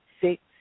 six